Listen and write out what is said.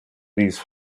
these